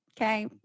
Okay